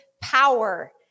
power